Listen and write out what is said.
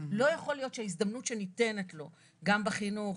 לא יכול להיות שההזדמנות שניתנת לו גם בחינוך,